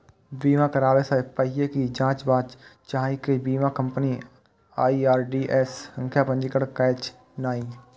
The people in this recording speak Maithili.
बीमा कराबै सं पहिने ई जांचबाक चाही जे बीमा कंपनी आई.आर.डी.ए सं पंजीकृत छैक की नहि